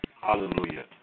Hallelujah